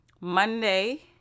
monday